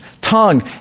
tongue